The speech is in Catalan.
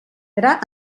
gra